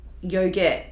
yogurt